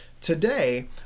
today